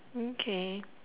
okay